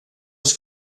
els